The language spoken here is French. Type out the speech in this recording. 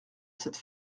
cette